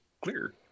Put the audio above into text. clear